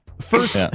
First